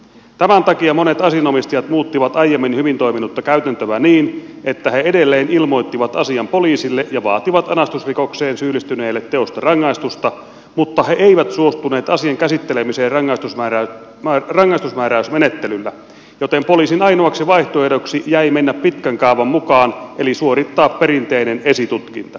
tämän takia monet asianomistajat muuttivat aiemmin hyvin toiminutta käytäntöä niin että he edelleen ilmoittivat asian poliisille ja vaativat anastusrikokseen syyllistyneelle teosta rangaistusta mutta he eivät suostuneet asian käsittelemiseen rangaistusmääräysmenettelyllä joten poliisin ainoaksi vaihtoehdoksi jäi mennä pitkän kaavan mukaan eli suorittaa perinteinen esitutkinta